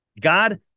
God